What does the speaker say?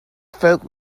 folk